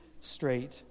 straight